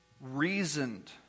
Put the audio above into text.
reasoned